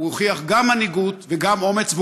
הוא הוכיח גם מנהיגות וגם אומץ,